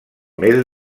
mes